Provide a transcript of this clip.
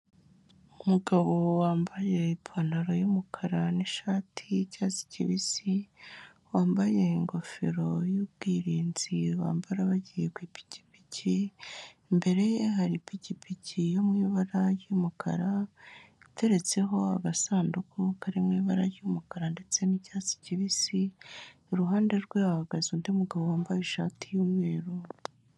Umugabo wambaye ipantaro y'umukara n'ishati y'icyatsi kibisi, wambaye ingofero y'ubwirinzi bambara bagiye gupikipiki, imbere ye hari ipikipiki yo mu ibara ry'umukara, iteretseho agasanduku kari mu ibara ry'umukara ndetse n'icyatsi kibisi, iruhande rwe hahagaze undi mugabo wambaye ishati y'umweru.